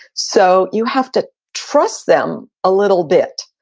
so, you have to trust them a little bit,